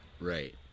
Right